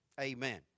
Amen